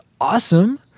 awesome